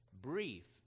brief